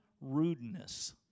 rudeness